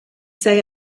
say